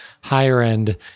higher-end